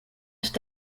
tout